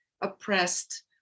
oppressed